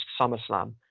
SummerSlam